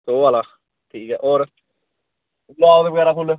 सौ आह्ला ठीक ऐ होर गुलाब दे बगैरा न फुल्ल